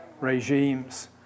regimes